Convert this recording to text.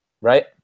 Right